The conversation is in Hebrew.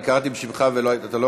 אני קראתי בשמך ולא היית,